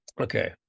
Okay